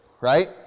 right